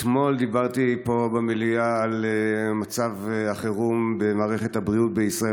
אתמול דיברתי פה במליאה על מצב החירום במערכת הבריאות בישראל,